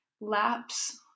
laps